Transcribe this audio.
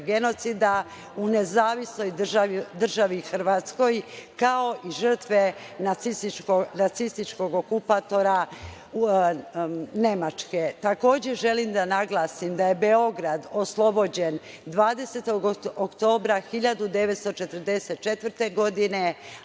genocida u Nezavisnoj Državi Hrvatskoj, kao i žrtve nacističkog okupatora Nemačke. Takođe, želim da naglasim da je Beograd oslobođen 20. oktobra 1944. godine,